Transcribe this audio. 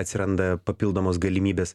atsiranda papildomos galimybės